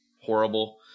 horrible